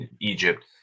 Egypt